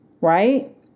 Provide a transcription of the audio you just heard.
right